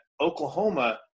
Oklahoma